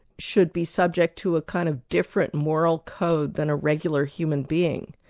should be subject to a kind of different moral code than a regular human being,